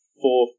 four